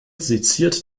seziert